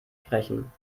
sprechen